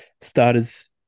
starters